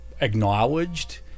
acknowledged